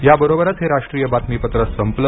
याबरोबरच हे राष्ट्रीय बातमीपत्र संपलं